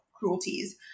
cruelties